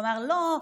והוא אמר: לא,